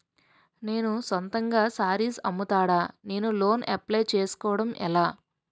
నేను సొంతంగా శారీస్ అమ్ముతాడ, నేను లోన్ అప్లయ్ చేసుకోవడం ఎలా?